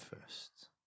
first